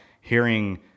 hearing